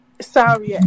sorry